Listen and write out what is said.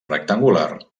rectangular